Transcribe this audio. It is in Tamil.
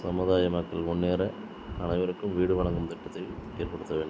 சமுதாய மக்கள் முன்னேற அனைவருக்கும் வீடு வழங்கும் திட்டத்தில் ஏற்படுத்த வேண்டும்